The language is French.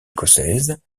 écossaise